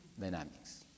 dynamics